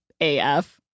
AF